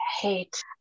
hate